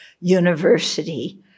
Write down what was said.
university